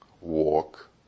walk